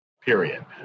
Period